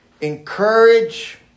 Encourage